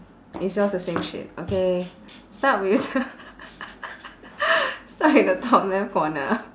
is yours the same shit okay start with start with the top left corner